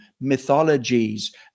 mythologies